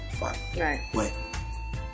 Right